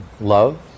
love